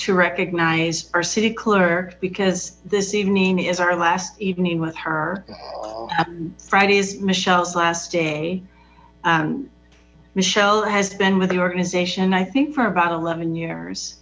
to recognize our city clerk because this evening is our last evening with her for fridays michele's last day michelle has been with the organization i think for about eleven years